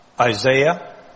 Isaiah